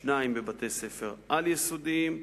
שניים בבתי-ספר על-יסודיים.